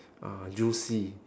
uh juicy